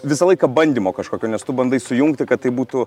visą laiką bandymo kažkokio nes tu bandai sujungti kad tai būtų